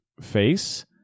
face